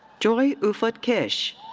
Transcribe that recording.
joy ufot kish.